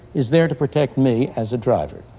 is there to protect me as a driver.